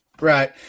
Right